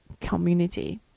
community